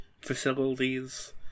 facilities